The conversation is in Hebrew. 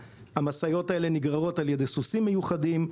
המשאיות האלה נגררות על ידי סוסים מיוחדים,